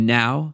now